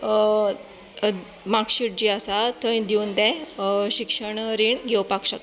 marksheet जी आसा थंय दिवन तें शिक्षण रीण घेवपाक शकता